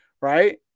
right